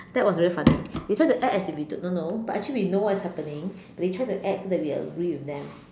that was very funny because we act that as if we do not know but actually we know what is happening but we try to act so that we would agree with them